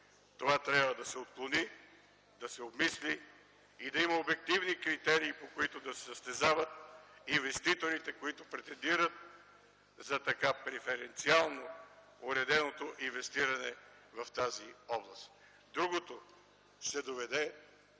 Това трябва да се отклони, да се обмисли и да има обективни критерии, по които да се състезават инвеститорите, които претендират за така преференциално уреденото инвестиране в тази област. Другото ще доведе